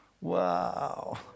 wow